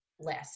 list